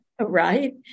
right